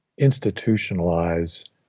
institutionalize